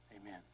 Amen